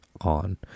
on